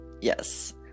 yes